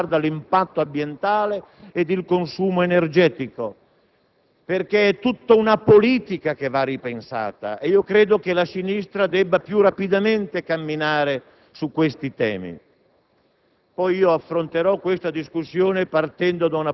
innovazioni di processo o di prodotto per quanto riguarda l'impatto ambientale ed il consumo energetico, perché è tutta una politica che va ripensata e credo che la sinistra debba camminare più rapidamente su questi temi.